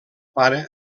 pare